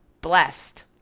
blessed